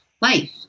life